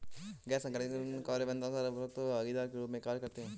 गैर सरकारी संगठन कार्यान्वयन कर्ता, उत्प्रेरक और भागीदार के रूप में कार्य करते हैं